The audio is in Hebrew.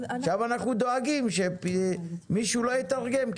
עכשיו אנחנו דואגים שמישהו לא יתרגם,